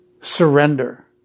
Surrender